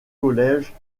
college